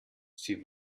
sie